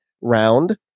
round